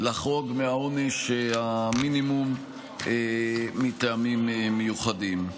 לחרוג מעונש המינימום מטעמים מיוחדים.